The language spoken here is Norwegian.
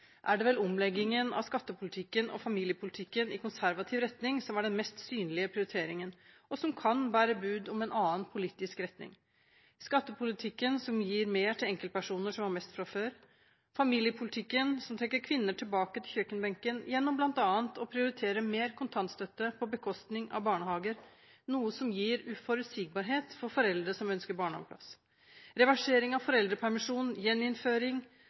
er det vel omleggingen av skattepolitikken og familiepolitikken i en konservativ retning som er den mest synlige prioriteringen, og som kan bære bud om en annen politisk retning. Skattepolitikken gir mer til enkeltpersoner som har mest fra før. Familiepolitikken trekker kvinner tilbake til kjøkkenbenken. Gjennom bl.a. å prioritere mer kontantstøtte på bekostning av barnehager – noe som gir uforutsigbarhet for foreldre som ønsker barnehageplass, reversering av foreldrepermisjonen, gjeninnføring